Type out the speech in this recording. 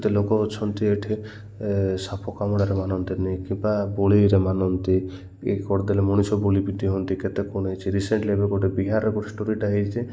କେତେ ଲୋକ ଅଛନ୍ତି ଏଠି ସାପ କାମୁଡ଼ାରେ ମାନନ୍ତିନି କିମ୍ବା ବଳିରେ ମାନନ୍ତି କି କରିଦେଲେ ମଣିଷ ଗୁଣି ପିଟି ହଅନ୍ତି କେତେ କଣ ହେଇ ରିସେଣ୍ଟଲି ଏବେ ଗୋଟେ ବିହାର ଗୋଟେ ଷ୍ଟୋରିଟା ହେଇଛି